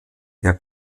der